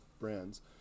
brands